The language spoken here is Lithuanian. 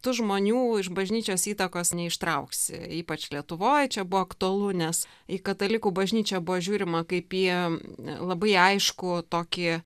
tu žmonių iš bažnyčios įtakos neištrauksi ypač lietuvoj čia buvo aktualu nes į katalikų bažnyčią buvo žiūrima kaip į labai aiškų tokį